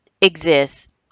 exists